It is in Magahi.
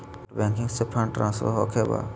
नेट बैंकिंग से फंड ट्रांसफर होखें बा?